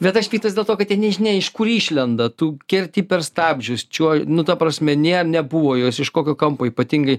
bet aš piktas dėl to kad jie nežinia iš kur išlenda tu kerti per stabdžius čiuo nu ta prasme nė nebuvo juos iš kokio kampo ypatingai